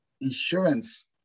insurance